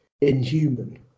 inhuman